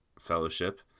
Fellowship